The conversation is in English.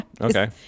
Okay